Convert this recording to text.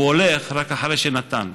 הוא הולך רק אחרי שנתן,